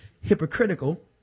hypocritical